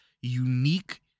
unique